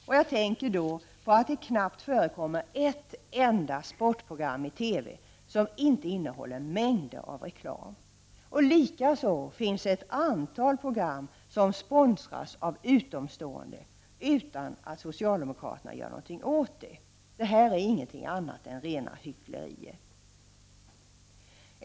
Vad jag tänker på är att det knappast förekommer ett enda sportprogram i TV som inte innehåller mängder av reklam. Likaså finns det ett antal program som sponsras av utomstående utan att socialdemokraterna gör någonting åt det. Det här är inte något annat än rena hyckleriet.